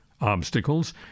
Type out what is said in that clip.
obstacles